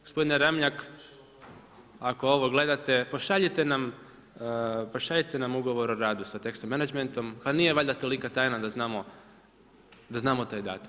Gospodine Ramljak, ako ovo gledate, pošaljite nam ugovor o radu sa Texo Menagmentom, pa nije valjda tolika tajna da znamo taj datum.